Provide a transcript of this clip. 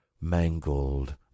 MANGLED